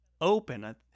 open